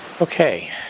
Okay